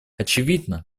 очевидно